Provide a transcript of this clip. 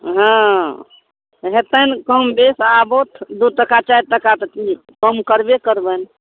हाँ हेतनि कम बेस आबथु दुइ टका चारि टका तऽ कम करबे करबनि